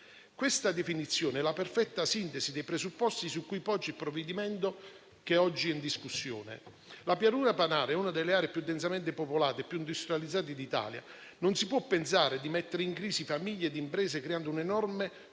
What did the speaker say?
Questa definizione è la perfetta sintesi dei presupposti su cui poggia il provvedimento oggi in discussione. La Pianura padana è una delle aree più densamente popolate e più industrializzate d'Italia. Non si può pensare di mettere in crisi famiglie e imprese creando un enorme problema